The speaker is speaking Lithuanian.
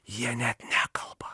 jie net nekalba